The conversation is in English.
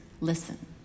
listen